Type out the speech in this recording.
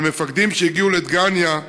אבל מפקדים שהגיעו לדגניה,